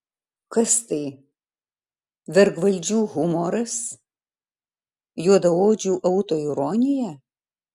kas tai vergvaldžių humoras juodaodžių autoironija